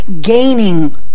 gaining